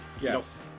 Yes